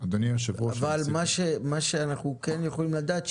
אבל מה שאנחנו כן יכולים לדעת,